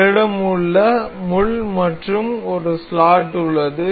எங்களிடம் ஒரு முள் மற்றும் ஒரு ஸ்லாட் உள்ளது